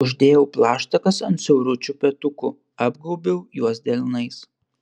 uždėjau plaštakas ant siauručių petukų apgaubiau juos delnais